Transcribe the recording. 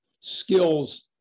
skills